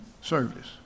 service